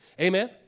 Amen